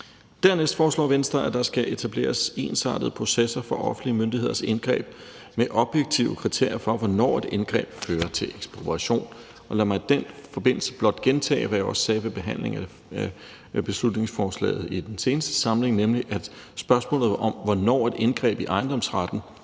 Dernæst foreslår Venstre, at der skal etableres ensartede processer for offentlige myndigheders indgreb med objektive kriterier for, hvornår et indgreb fører til ekspropriation. Og lad mig i den forbindelse blot gentage, hvad jeg også sagde ved behandlingen af beslutningsforslaget i den seneste samling, nemlig at spørgsmålet om, hvornår et indgreb i ejendomsretten